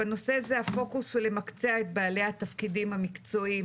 בנושא זה הפוקוס הוא למקצע את בעלי התקפידים המקצועיים